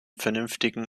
vernünftigen